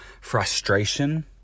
frustration